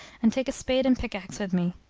and take a spade and pickax with me.